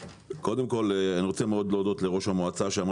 קודם כל אני רוצה מאוד להודות לראש המועצה שאמר